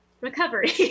recovery